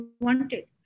wanted